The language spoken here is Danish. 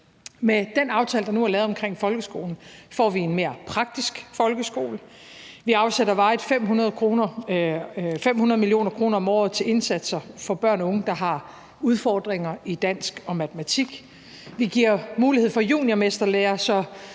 Med den aftale, der nu er lavet omkring folkeskolen, får vi en mere praktisk folkeskole. Vi afsætter varigt 500 mio. kr. om året til indsatser for børn og unge, der har udfordringer i dansk og matematik. Vi giver mulighed for juniormesterlære,